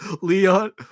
Leon